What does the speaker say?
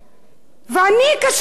ואני, קשה לי לנפוש.